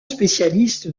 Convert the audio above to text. spécialiste